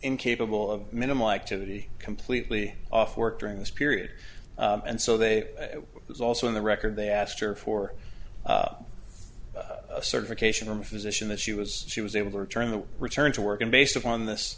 incapable of minimal activity completely off work during this period and so they was also on the record they asked her for a certification from a physician that she was she was able to return the return to work and based upon